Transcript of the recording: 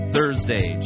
Thursday